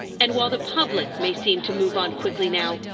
and while the public may seem to move on quickly now,